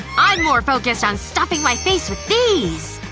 i'm more focused on stuffing my face with these!